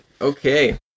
Okay